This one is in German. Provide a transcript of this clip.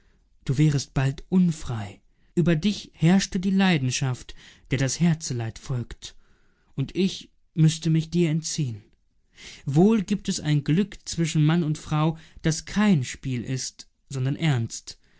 du wärest bald unfrei über dich herrschte die leidenschaft der das herzeleid folgt und ich müßte mich dir entziehen wohl gibt es ein glück zwischen mann und frau das kein spiel ist sondern ernst